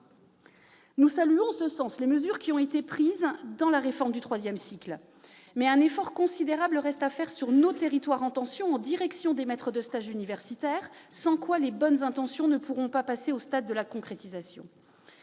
Nous saluons les mesures prises en ce sens dans la réforme du troisième cycle, mais un effort considérable reste à faire sur nos territoires en tension en direction des maîtres de stage universitaires, sans quoi les bonnes intentions ne pourront pas se concrétiser.